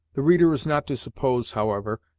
the reader is not to suppose, however,